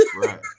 Right